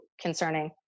concerning